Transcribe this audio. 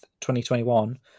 2021